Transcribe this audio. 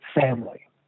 family